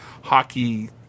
hockey